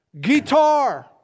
guitar